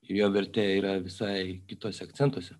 ir jo vertė yra visai kituose akcentuose